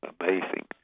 amazing